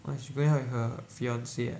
!wah! she going out with her fiance ah